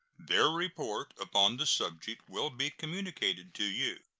their report upon the subject will be communicated to you.